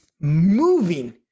moving